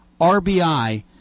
RBI